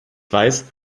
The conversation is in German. weiß